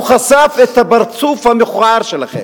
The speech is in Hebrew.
הוא חשף את הפרצוף המכוער שלכם,